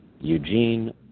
Eugene